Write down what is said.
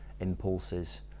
impulses